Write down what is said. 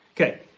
Okay